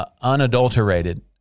unadulterated